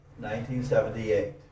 1978